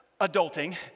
adulting